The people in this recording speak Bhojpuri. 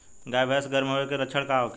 गाय भैंस गर्म होय के लक्षण का होखे?